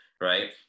right